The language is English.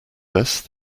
best